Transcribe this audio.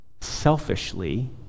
selfishly